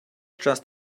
just